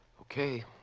Okay